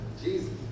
Jesus